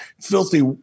filthy